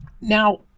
Now